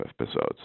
episodes